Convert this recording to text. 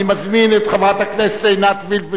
אני מזמין את חברת הכנסת עינת וילף,